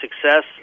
success